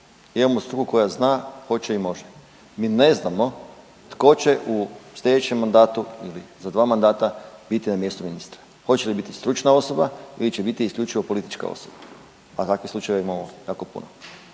Imamo struku koja zna, hoće i može. Mi ne znamo tko će u sljedećem mandatu ili za dva mandata biti na mjestu ministra. Hoće li biti stručna osoba ili će biti isključivo politička osoba? Pa takvih slučajeva imamo jako puno.